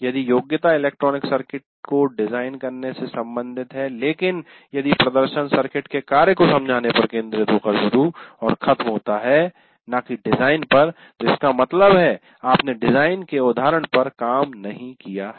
यदि योग्यता electronic circuit को डिजाइन करने से संबंधित है लेकिन यदि प्रदर्शन सर्किट के कार्य को समझाने पर केंद्रित होकर शुरू और ख़त्म होता है न कि डिजाइन पर तो इसका मतलब है आपने डिजाइन के उदाहरण पर काम नहीं किया हैं